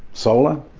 solar,